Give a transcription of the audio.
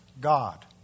God